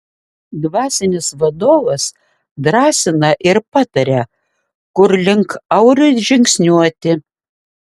dvasinis vadovas drąsina ir pataria kur link auriui žingsniuoti